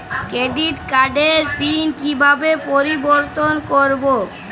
Credit কার্ডের pin কিভাবে পরিবর্তন করবো?